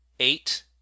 Eight